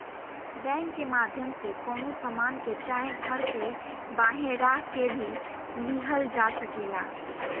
bank के माध्यम से कवनो सामान के चाहे घर के बांहे राख के भी लिहल जा सकेला